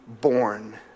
born